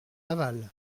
laval